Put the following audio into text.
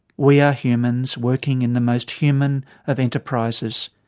we are humans working in the most human of enterprises.